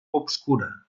obscura